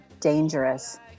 dangerous